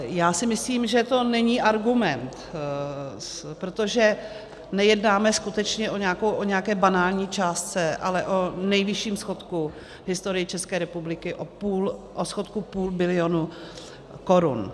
Já si myslím, že to není argument, protože nejednáme skutečně o nějaké banální částce, ale o nejvyšším schodku v historii České republiky, o schodku půl bilionu korun.